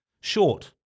short